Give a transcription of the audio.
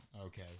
Okay